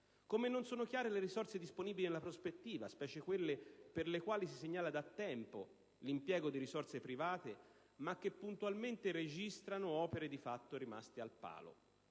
modo non sono chiare le risorse disponibili in prospettiva, specie quelle per le quali si segnala da tempo l'impiego di risorse private, ma che puntualmente registrano opere di fatto rimaste al palo.